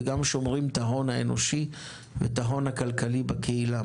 וגם שומרים את ההון האנושי ואת ההון הכלכלי בקהילה,